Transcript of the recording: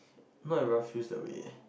not enough fuse the way